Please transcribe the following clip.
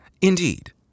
Indeed